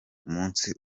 umunsi